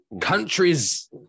countries